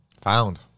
Found